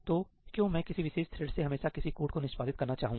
तो क्यों मैं किसी विशेष थ्रेड से हमेशा किसी कोड को निष्पादित करना चाहूंगा